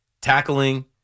Tackling